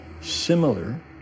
similar